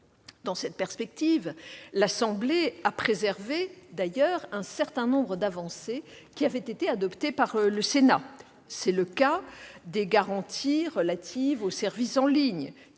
Dans cette perspective, l'Assemblée nationale a d'ailleurs préservé un certain nombre d'avancées qui avaient été adoptées par le Sénat. Tel est le cas des garanties relatives aux services en ligne,